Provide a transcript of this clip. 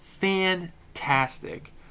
fantastic